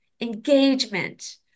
engagement